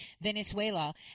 Venezuela